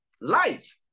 life